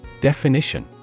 Definition